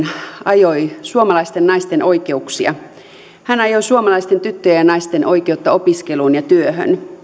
ajoi suomalaisten naisten oikeuksia hän ajoi suomalaisten tyttöjen ja naisten oikeutta opiskeluun ja